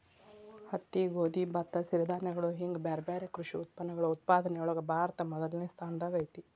ಹತ್ತಿ, ಗೋಧಿ, ಭತ್ತ, ಸಿರಿಧಾನ್ಯಗಳು ಹಿಂಗ್ ಬ್ಯಾರ್ಬ್ಯಾರೇ ಕೃಷಿ ಉತ್ಪನ್ನಗಳ ಉತ್ಪಾದನೆಯೊಳಗ ಭಾರತ ಮೊದಲ್ನೇ ಸ್ಥಾನದಾಗ ಐತಿ